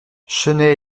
chennai